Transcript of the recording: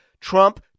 Trump